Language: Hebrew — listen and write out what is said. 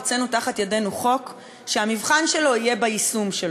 הוצאנו מתחת ידינו חוק שהמבחן שלו יהיה ביישום שלו.